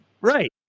Right